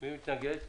מי מתנגד?